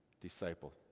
disciple